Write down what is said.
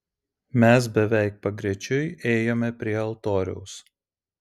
mes beveik pagrečiui ėjome prie altoriaus